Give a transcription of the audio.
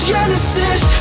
Genesis